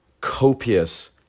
Copious